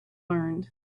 learned